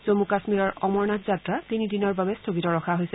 জম্মু কাশ্মীৰৰ অমৰনাথ যাত্ৰা তিনিদিনৰ বাবে বন্ধ ৰখা হৈছে